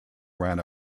ran